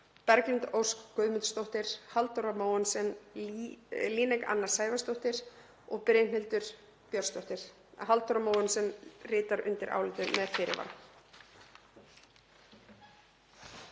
Berglind Ósk Guðmundsdóttir, Halldóra Mogensen, Líneik Anna Sævarsdóttir og Brynhildur Björnsdóttir. Halldóra Mogensen ritar undir álitið með fyrirvara.